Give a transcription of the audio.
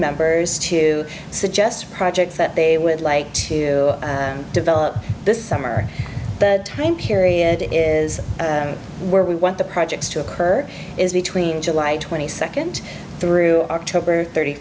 members to suggest projects that they would like to develop this summer the time period is where we want the projects to occur is between july twenty second through october thirty